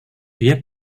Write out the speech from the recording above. dia